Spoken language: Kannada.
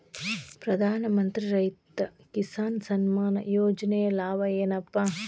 ಪ್ರಧಾನಮಂತ್ರಿ ರೈತ ಕಿಸಾನ್ ಸಮ್ಮಾನ ಯೋಜನೆಯ ಲಾಭ ಏನಪಾ?